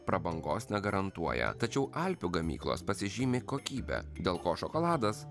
prabangos negarantuoja tačiau alpių gamyklos pasižymi kokybe dėl ko šokoladas